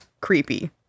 creepy